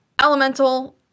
Elemental